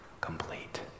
complete